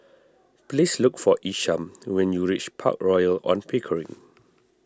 please look for Isham when you reach Park Royal on Pickering